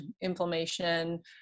inflammation